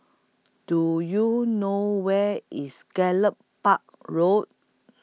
Do YOU know Where IS Gallop Park Road